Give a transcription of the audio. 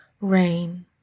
Rain